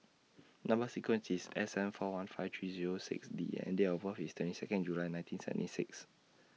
Number sequence IS S seven four one five three six D and Date of birth IS twenty Second June nineteen seventy six